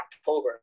october